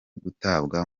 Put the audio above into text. gutabwa